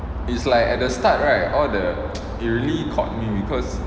is like at the start right all the it really caught me cause